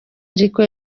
ariko